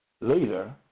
Later